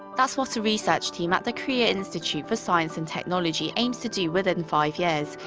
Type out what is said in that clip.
that's what a research team at the korea institute for science and technology aims to do within five years.